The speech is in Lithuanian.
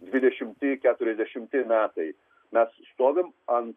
dvidešimti keturiasdešimti metai mes stovim ant